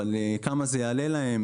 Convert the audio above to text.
כמה זה יעלה להם,